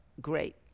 great